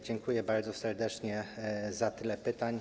Dziękuję bardzo serdecznie za tyle pytań.